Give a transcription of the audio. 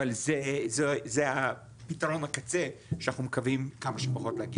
אבל זה פתרון הקצה שאנחנו מקווים כמה שפחות להגיע אליו.